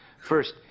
First